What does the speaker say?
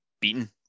beaten